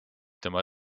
tema